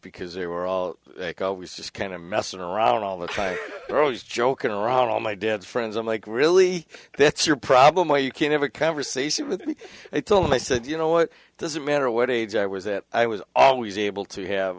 because they were all always just kind of messing around all the time always joking around all my dad's friends i'm like really that's your problem or you can't have a conversation with me i told him i said you know it doesn't matter what age i was that i was always able to have